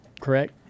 Correct